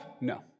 No